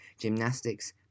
gymnastics